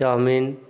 chowmein